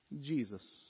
Jesus